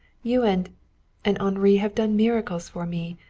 you and and henri have done miracles for me.